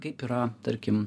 kaip yra tarkim